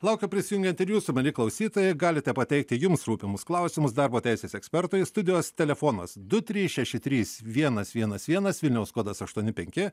laukia prisijungiant ir jūsų mieli klausytojai galite pateikti jums rūpimus klausimus darbo teisės ekspertui studijos telefonas du trys šeši trys vienas vienas vienas vilniaus kodas aštuoni penki